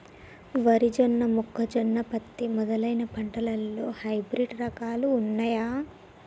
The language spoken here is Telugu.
వరి జొన్న మొక్కజొన్న పత్తి మొదలైన పంటలలో హైబ్రిడ్ రకాలు ఉన్నయా?